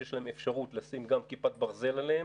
שיש להן אפשרות לשים גם כיפת ברזל עליהן,